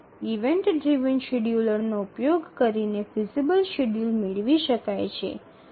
event driven શેડ્યૂલરનો ઉપયોગ કરીને ફિઝિબલ શેડ્યૂલ મેળવી શકાય છે